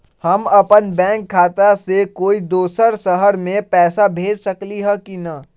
हम अपन बैंक खाता से कोई दोसर शहर में पैसा भेज सकली ह की न?